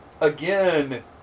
again